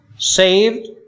Saved